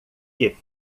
que